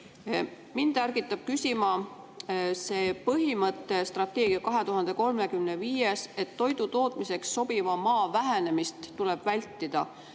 Mind ärgitab küsima see põhimõte strateegias 2035, et toidutootmiseks sobiva maa vähenemist tuleb vältida.